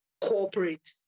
corporate